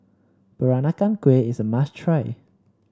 Peranakan Kueh is a must try